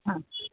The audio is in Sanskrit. आम्